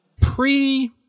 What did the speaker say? pre